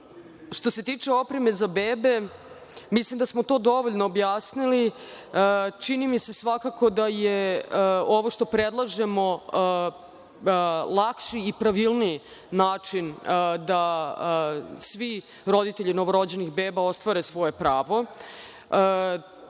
se radi o opremi za bebe, mislim da smo to dovoljno objasnili. Čini mi se da je ovo što predlažemo lakši i pravilniji način da svi roditelji novorođenih beba ostvare svoje pravo.